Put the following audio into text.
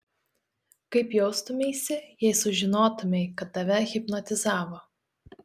kaip jaustumeisi jei sužinotumei kad tave hipnotizavo